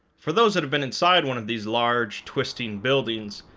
for those that have been inside one of these large, twisting buildings,